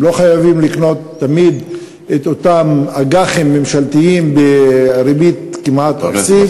הם לא חייבים לקנות תמיד את אותם אג"חים ממשלתיים בריבית כמעט אפסית.